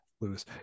Lewis